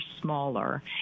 smaller